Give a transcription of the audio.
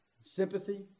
sympathy